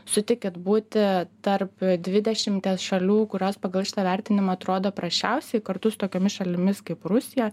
sutikit būti tarp dvidešimties šalių kurios pagal šitą vertinimą atrodo prasčiausiai kartu su tokiomis šalimis kaip rusija